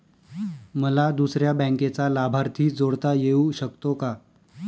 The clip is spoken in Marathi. मला दुसऱ्या बँकेचा लाभार्थी जोडता येऊ शकतो का?